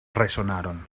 resonaron